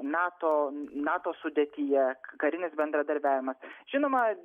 nato nato sudėtyje karinis bendradarbiavimas žinoma